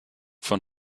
von